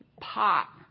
pot